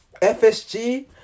FSG